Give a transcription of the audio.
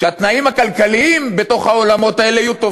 שהתנאים הכלכליים בתוך העולמות האלה יהיו טובים.